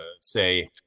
say